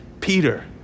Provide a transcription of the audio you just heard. Peter